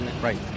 right